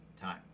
time